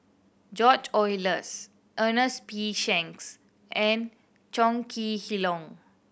George Oehlers Ernest P Shanks and Chong Kee